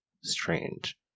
Strange